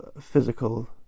physical